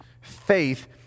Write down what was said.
Faith